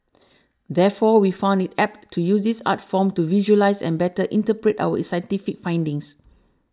therefore we found it apt to use this art form to visualise and better interpret our scientific findings